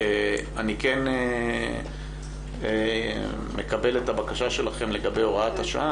אני כן מקבל את הבקשה שלכם לגבי הוראת השעה,